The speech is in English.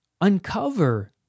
uncover